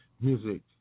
Music